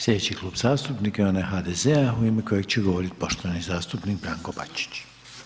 Sljedeći klub zastupnika je onaj HDZ-a u ime kojega će govoriti poštovani zastupnik Branko Bačić.